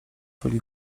byli